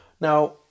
Now